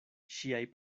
ŝiaj